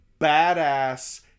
badass